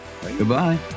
Goodbye